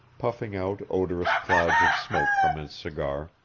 puffing out odorous clouds of smoke from his cigar,